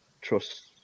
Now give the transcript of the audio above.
trust